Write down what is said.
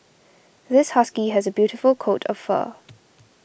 this husky has a beautiful coat of fur